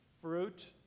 fruit